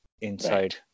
inside